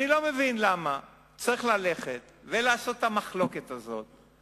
אני לא מבין למה צריך ללכת ולעשות את המחלוקת הזאת,